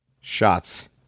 shots